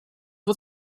wat